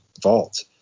vault